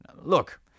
Look